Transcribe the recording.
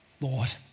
Lord